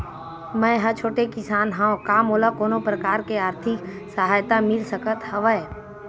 मै ह छोटे किसान हंव का मोला कोनो प्रकार के आर्थिक सहायता मिल सकत हवय?